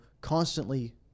constantly